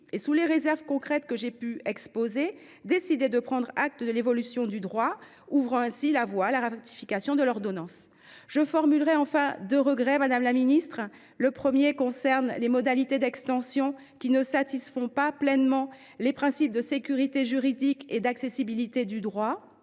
Sous les réserves concrètes que j’ai pu exposer, elle a décidé de prendre acte de l’évolution du droit, ouvrant ainsi la voie à la ratification de l’ordonnance. Je formulerai enfin deux regrets, madame la ministre. Le premier concerne les modalités d’extension, qui ne satisfont pas pleinement aux principes de sécurité juridique et d’accessibilité du droit.